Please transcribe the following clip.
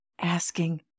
asking